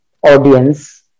audience